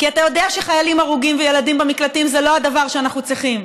כי אתה יודע שחיילים הרוגים וילדים במקלטים זה לא הדבר שאנחנו צריכים.